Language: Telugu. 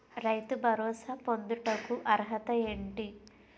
రైతు భరోసా పొందుటకు అర్హత ఏంటి?